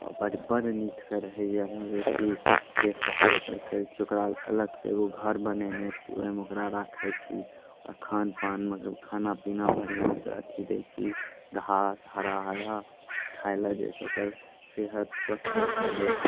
बड़ नीकसँ रहैए मवेशी देखभाल ओकर करै छी ओकरा अलगसँ एगो घर बनेने छी ओहिमे ओकरा राखै छी आओर खानपान खाना पीना बढ़िआँसँ अथी दै छी घास हरा हरा खाइलए जाहिसँ ओकर सेहत स्वस्थ रहै देह